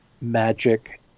magic